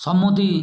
সম্মতি